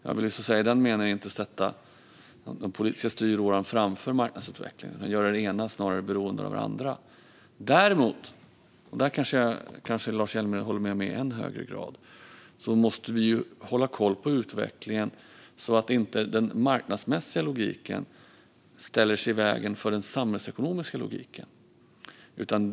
Jag vill så att säga i den meningen inte sätta den politiska styråran framför marknadsutvecklingen och snarare göra det ena beroende av det andra. Däremot, och där kanske Lars Hjälmered håller med mig i än högre grad, måste vi hålla koll på utvecklingen så att inte den marknadsmässiga logiken ställer sig i vägen för den samhällsekonomiska logiken.